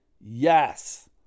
Yes